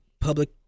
public